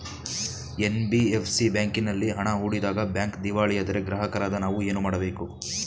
NBFC ಬ್ಯಾಂಕಿನಲ್ಲಿ ಹಣ ಹೂಡಿದಾಗ ಬ್ಯಾಂಕ್ ದಿವಾಳಿಯಾದರೆ ಗ್ರಾಹಕರಾದ ನಾವು ಏನು ಮಾಡಬೇಕು?